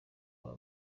aba